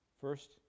First